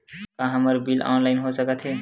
का हमर bill online हो सकत हे?